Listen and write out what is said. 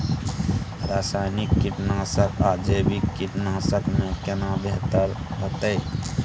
रसायनिक कीटनासक आ जैविक कीटनासक में केना बेहतर होतै?